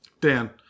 dan